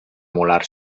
molar